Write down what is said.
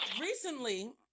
Recently